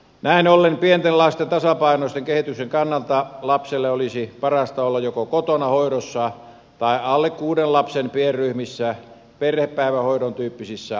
näin ollen pienten lasten tasapainoisen kehityksen kannalta lapselle olisi parasta olla joko kotona hoidossa tai alle kuuden lapsen pienryhmissä perhepäivähoidon tyyppisissä hoitopaikoissa